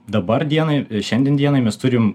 dabar dienai šiandien dienai mes turim